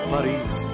Paris